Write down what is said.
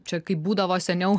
čia kaip būdavo seniau